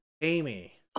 Amy